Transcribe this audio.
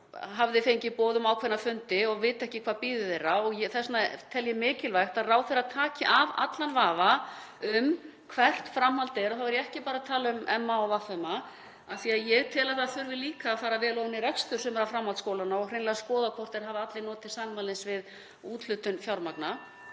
sem hafði fengið boð um ákveðna fundi og veit ekki hvað bíður þess. Þess vegna tel ég mikilvægt að ráðherra taki af allan vafa um hvert framhaldið er og þá er ég ekki bara að tala um MA og VMA af því að ég tel að það þurfi líka að fara vel ofan í rekstur sumra framhaldsskólanna og hreinlega að skoða hvort þeir hafi allir notið sannmælis við úthlutun fjármagns.